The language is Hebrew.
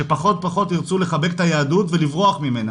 שפחות ופחות ירצו לחבק את היהדות ולברוח ממנה